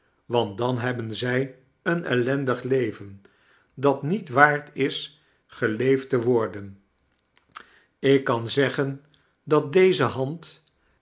want dan hebben zij een ellendig levein dat niet waard is geleefd te worden ik kan zeggen dat deze hand